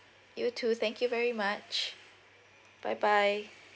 you too thank you very much bye bye